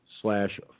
slash